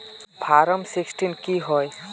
Form sixteen की होय?